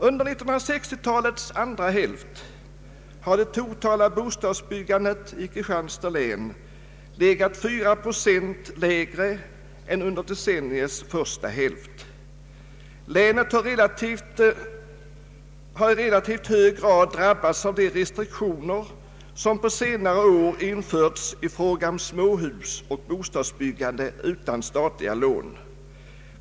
Under 1960-talets andra hälft har det totala bostadsbyggandet i Kristianstads län legat 4 procent lägre än under decenniets första hälft. Länet har i relativt hög grad drabbats av de restriktioner som på senare år införts i fråga om småhus och bostadsbyggande utan statliga lån.